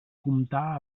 comptar